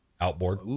outboard